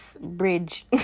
bridge